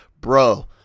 bro